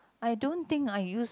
I don't think I use